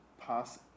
pass